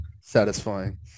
Satisfying